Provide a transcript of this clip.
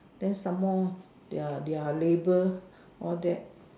then some more their their labour all that